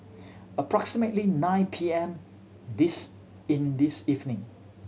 approximately nine P M this in this evening